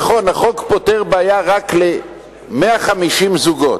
נכון, החוק פותר בעיה רק ל-150 זוגות.